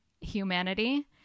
humanity